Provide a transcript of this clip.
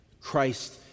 Christ